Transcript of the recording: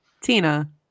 tina